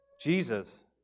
Jesus